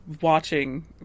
watching